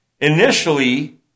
initially